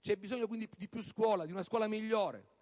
C'è bisogno di più scuola, di una scuola migliore.